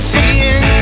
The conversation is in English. Seeing